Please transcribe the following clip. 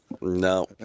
No